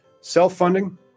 Self-funding